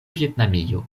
vjetnamio